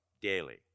daily